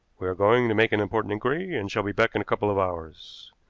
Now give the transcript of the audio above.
we are going to make an important inquiry and shall be back in a couple of hours.